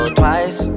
twice